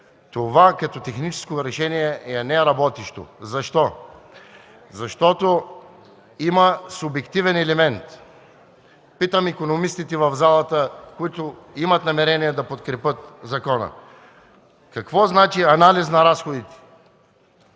Това, като техническо решение, е неработещо. Защо? Защото има субективен елемент. Питам икономистите в залата, които имат намерение да подкрепят закона: какво значи анализ на разходите?